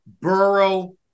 Burrow